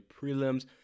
prelims